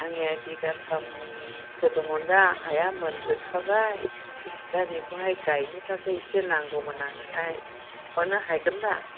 आङो बिगाथामसो दङन्दां हाया मोनजोबखाबाय दा बेखौहाय गायनो थाखाय एसे नांगौमोन आंनोहाय हरनो हायगोनदा